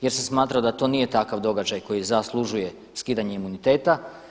Jer sam smatrao da to nije takav događaj koji zaslužuje skidanje imuniteta.